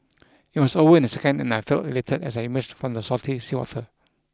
it was over in a second and I felt elated as I emerged from the salty seawater